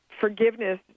forgiveness